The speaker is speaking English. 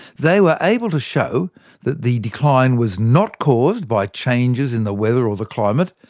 they were able to show that the decline was not caused by changes in the weather or the climate,